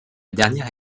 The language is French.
dernière